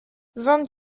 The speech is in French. vingt